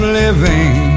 living